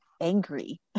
angry